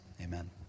amen